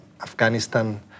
Afghanistan